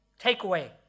takeaway